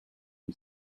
who